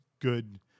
good